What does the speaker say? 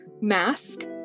mask